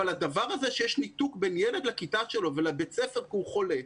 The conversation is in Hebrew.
אבל הדבר הזה שיש ניתוק בין ילד לכיתה שלו ולבית ספר כי הוא חולה,